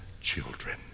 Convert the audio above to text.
children